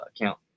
account